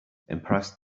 impressed